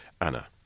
Anna